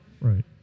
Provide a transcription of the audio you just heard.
right